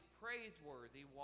praiseworthy